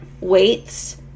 weights